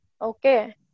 okay